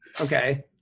Okay